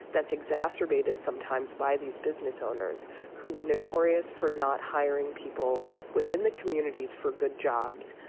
that's exacerbated sometimes by these business owners who were notorious for not hiring people within the communities for good jobs,